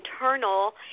internal